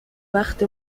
وقت